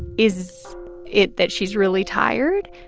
is it that she's really tired?